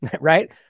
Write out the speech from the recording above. right